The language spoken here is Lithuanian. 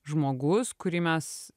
žmogus kurį mes